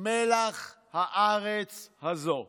מלח הארץ הזו.